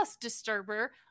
disturber